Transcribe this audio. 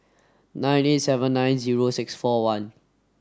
nineteen seven nine zero six four one